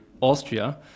Austria